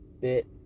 bit